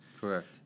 Correct